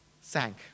sank